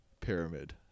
pyramid